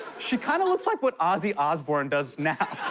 she kind of looks like what ozzy osbourne does now.